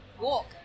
walk